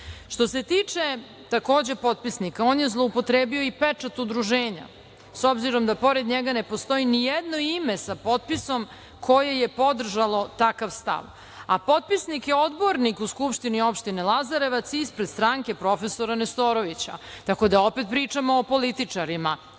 se tiče takođe potpisnika, on je zloupotrebio i pečat Udruženja, s obzirom da pored njega ne postoji ni jedno ime sa potpisom koje je podržalo takav stav. A potpisnik je odbornik u SO Lazarevac, ispred stranke profesora Nestorovića, tako da opet pričamo o političarima